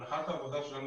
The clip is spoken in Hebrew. הנחת העבודה שלנו,